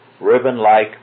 ribbon-like